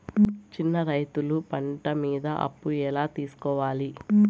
చిన్న రైతులు పంట మీద అప్పు ఎలా తీసుకోవాలి?